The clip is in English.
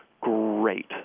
great